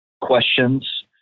questions